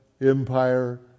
empire